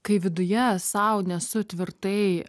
kai viduje sau nesu tvirtai